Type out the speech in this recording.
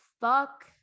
fuck